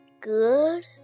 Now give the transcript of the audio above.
Good